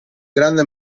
grande